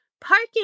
Parking